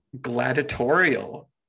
gladiatorial